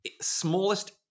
smallest